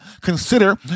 consider